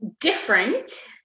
different